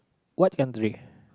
what country